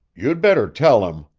you'd better tell him,